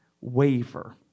waver